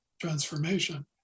transformation